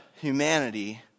humanity